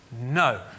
no